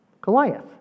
Goliath